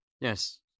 Yes